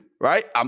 right